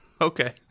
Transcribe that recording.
Okay